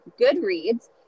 Goodreads